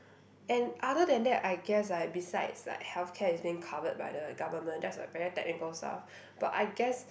and other than that I guess like besides like healthcare is being covered by the government that's a very technical stuff but I guess